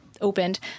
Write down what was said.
opened